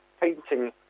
painting